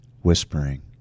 whispering